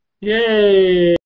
Yay